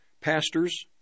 pastors